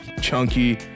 chunky